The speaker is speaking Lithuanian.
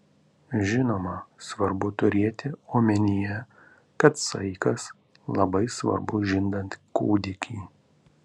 žinoma svarbu turėti omenyje kad saikas labai svarbu žindant kūdikį